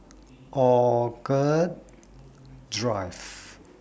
Orchid Drive